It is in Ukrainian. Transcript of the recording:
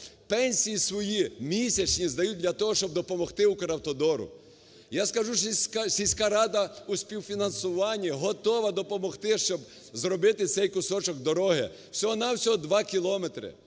пенсії свої місячні, здають для того, щоб допомогти "Укравтодору". Я скажу, сільська рада у співфінансуванні готова допомогти, щоб зробити цей кусочок дороги, всього-на-всього 2 кілометри.